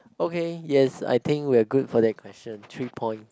okay yes I think we are good for that question three point